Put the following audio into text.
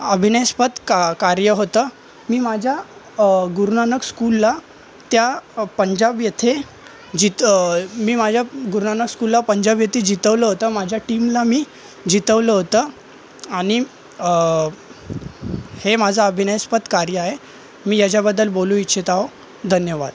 अभिनयस्पद क कार्य होतं मी माझ्या गुरू नानक स्कूलला त्या पंजाब येथे जिथं मी माझ्या गुरू नानक स्कूलला पंजाब येथे जीतवलं होतं माझ्या टीमला मी जीतवलं होतं आणि हे माझं अभिनयस्पद कार्य आहे मी याच्याबद्दल बोलू इच्छित आहो धन्यवाद